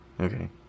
Okay